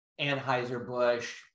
Anheuser-Busch